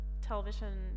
Television